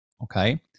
okay